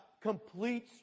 complete